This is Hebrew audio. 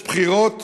בחירות